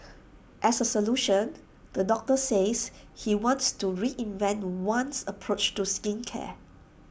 as A solution the doctor says he wants to reinvent one's approach to skincare